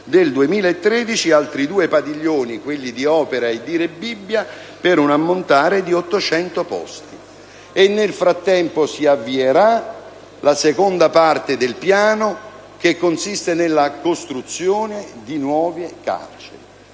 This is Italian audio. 2.013, altri due padiglioni, quelli di Opera e Rebibbia, per un ammontare di 800 posti. Nel frattempo, si avvierà la seconda parte del piano, che consiste nella costruzione di nuove carceri.